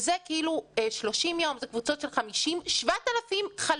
שאלה 30 ימים, ושם 7,000 חלו.